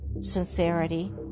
sincerity